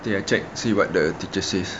nanti I check see what the teacher says